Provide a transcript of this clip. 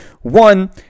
One